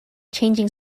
changing